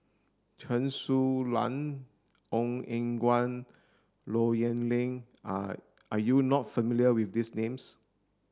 Chen Su Lan Ong Eng Guan Low Yen Ling are are you not familiar with these names